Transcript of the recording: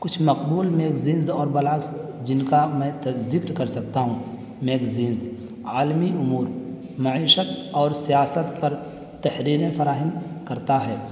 کچھ مقبول میگزینس اور بلاگز جن کا میں ذکر کر سکتا ہوں میگزینس عالمی امور معیشت اور سیاست پر تحریریں فراہم کرتا ہے